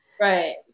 Right